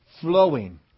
flowing